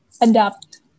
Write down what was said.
adapt